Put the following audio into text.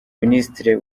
minisitiri